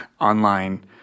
online